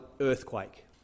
earthquake